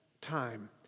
time